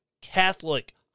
Catholic